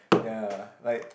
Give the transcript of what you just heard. ya like